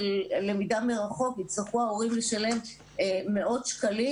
למידה מרחוק יצטרכו ההורים לשלם מאות שקלים?